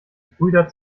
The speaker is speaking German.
brüder